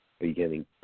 beginning